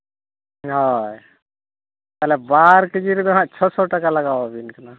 ᱦᱳᱭ ᱚᱱᱟ ᱵᱟᱨ ᱠᱮᱡᱤ ᱨᱮᱫᱚ ᱦᱟᱸᱜ ᱪᱷᱚᱥᱚ ᱴᱟᱠᱟ ᱞᱟᱜᱟᱣᱟᱵᱤᱱ ᱠᱟᱱᱟ